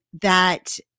that-